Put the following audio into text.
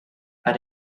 but